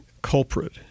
culprit